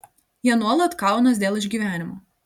jie nuolat kaunas dėl išgyvenimo